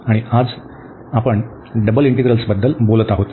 आणि आज आपण डबल इंटीग्रल्स बद्दल बोलत आहोत